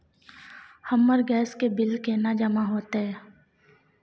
हमर गैस के बिल केना जमा होते?